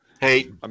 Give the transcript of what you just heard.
Hey